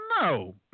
no